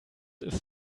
ist